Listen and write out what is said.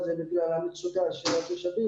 עובדת בשיטה של מכסחת דשא,